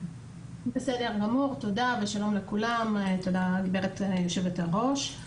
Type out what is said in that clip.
תודה, גברתי היושבת-ראש.